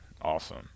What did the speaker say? awesome